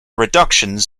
reductions